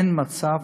אין מצב,